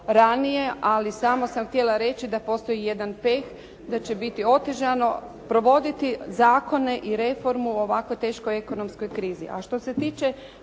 ranije. Ali samo sam htjela reći da postoji jedan peh da će biti otežano provoditi zakone i reformu u ovako teškoj ekonomskoj krizi. A što se tiče